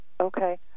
Okay